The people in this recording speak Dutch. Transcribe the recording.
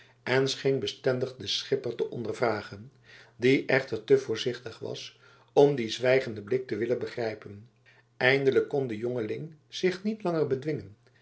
en scheen bestendig den schipper te ondervragen die echter te voorzichtig was om dien zwijgenden blik te willen begrijpen eindelijk kon de jongeling zich niet langer bedwingen